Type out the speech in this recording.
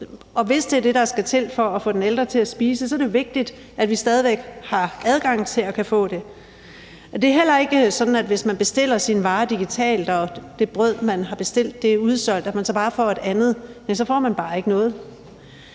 Og hvis det er det, der skal til for at få den ældre til at spise, er det vigtigt, at vi stadig væk har adgang til at kunne få det. Det er heller ikke sådan, at man, hvis man bestiller sine varer digitalt, og det brød, der er bestilt, er udsolgt, bare får et andet. Nej, så får man bare ikke noget.